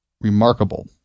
remarkable